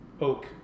oak